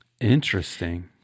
Interesting